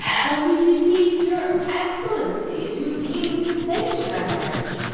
and we beseech your excellency to deign to sanction our marriage.